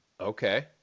okay